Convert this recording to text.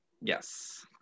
Yes